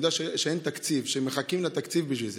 אני יודע שאין תקציב, שמחכים לתקציב בשביל זה,